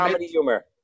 humor